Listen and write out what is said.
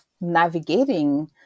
navigating